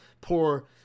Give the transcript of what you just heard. poor